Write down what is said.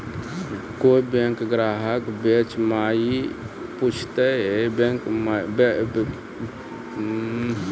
कोय बैंक ग्राहक बेंच माई पुछते की बैंक मे पेसा केना भेजेते ते ओकरा बताइबै फॉर्म भरो